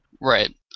Right